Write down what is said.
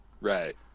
Right